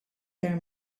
their